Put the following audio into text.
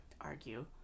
argue